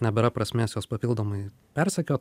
nebėra prasmės juos papildomai persekiot